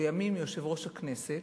ולימים יושב-ראש הכנסת,